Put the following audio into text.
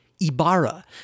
Ibarra